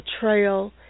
betrayal